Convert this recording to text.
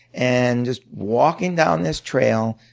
and just walk and down this trail.